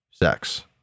sex